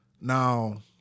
Now